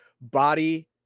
body